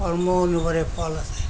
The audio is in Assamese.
কৰ্ম অনুসৰি ফল আছে